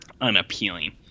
Unappealing